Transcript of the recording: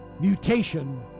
mutation